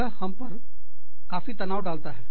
यह हम पर काफी तनाव डालता है